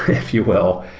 if you will,